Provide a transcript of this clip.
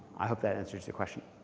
i hope that answers your question.